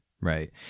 Right